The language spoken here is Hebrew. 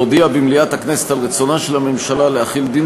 להודיע במליאת הכנסת על רצונה של הממשלה להחיל דין